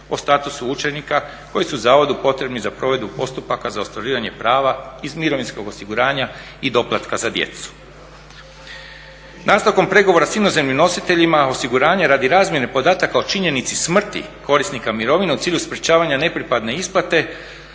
o statusu učenika koji su zavodu potrebni za provedbu postupaka za ostvarivanje prava iz mirovinskog osiguranja i doplatka za djecu. Nastavkom pregovora s inozemnim nositelja osiguranja radi razmjene podataka o činjenici smrti korisnika mirovine u cilju sprečavanja nepripadne isplate